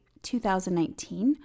2019